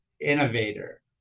innovator